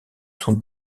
son